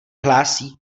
hlásí